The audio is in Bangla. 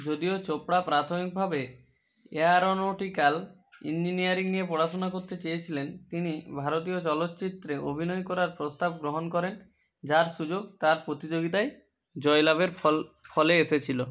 যদিও চোপড়া প্রাথমিকভাবে এয়ারোনটিক্যাল ইঞ্জিনিয়ারিং নিয়ে পড়াশোনা করতে চেয়েছিলেন তিনি ভারতীয় চলচ্চিত্রে অভিনয় করার প্রস্তাব গ্রহণ করেন যার সুযোগ তাঁর প্রতিযোগিতায় জয়লাভের ফল ফলে এসেছিল